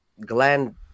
gland